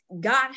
God